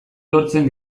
lortzen